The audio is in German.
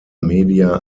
media